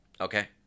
Okay